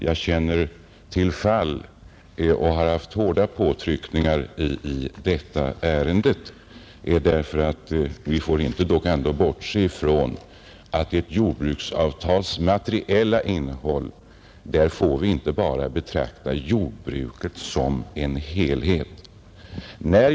Jag känner till flera fall, och jag har utsatts för hårda påtryckningar i detta ärende. Vi får ändå inte bortse från att när det gäller ett jordbruksavtals materiella innehåll kan vi inte betrakta jordbruket enbart som en helhet.